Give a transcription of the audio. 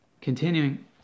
continuing